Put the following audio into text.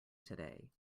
today